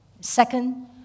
second